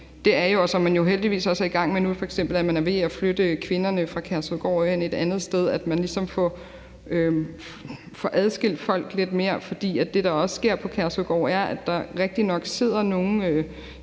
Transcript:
er jo, som man f.eks. jo heldigvis også er i gang med, er i gang med at flytte kvinderne fra Kærshovedgård hen til et andet sted, og at man ligesom får adskilt folk lidt mere. For det, der også sker på Kærshovedgård, er, at der rigtigt nok sidder nogle